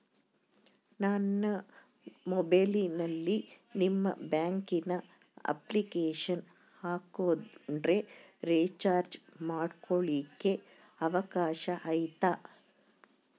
ನಾನು ಮೊಬೈಲಿನಲ್ಲಿ ನಿಮ್ಮ ಬ್ಯಾಂಕಿನ ಅಪ್ಲಿಕೇಶನ್ ಹಾಕೊಂಡ್ರೆ ರೇಚಾರ್ಜ್ ಮಾಡ್ಕೊಳಿಕ್ಕೇ ಅವಕಾಶ ಐತಾ?